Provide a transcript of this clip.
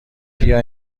بیا